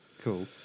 cool